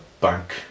bank